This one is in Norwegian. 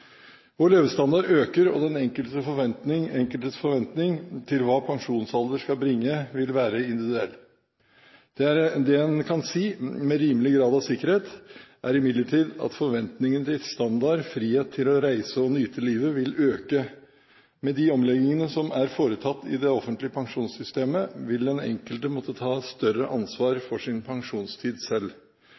Vår levestandard øker, og den enkeltes forventning til hva pensjonsalderen skal bringe, vil være individuell. Det en kan si med en rimelig grad av sikkerhet, er imidlertid at forventningene til standard og frihet til å reise og nyte livet vil øke. Med de omleggingene som er foretatt i det offentlige pensjonssystemet, vil den enkelte måtte ta større ansvar for sin pensjonstid selv.